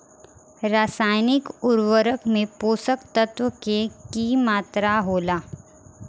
रसायनिक उर्वरक में पोषक तत्व के की मात्रा होला?